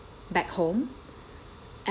back home